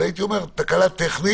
אלא הייתי אומר תקלה טכנית,